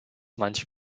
manche